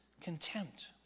Contempt